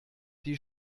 die